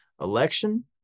election